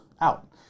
out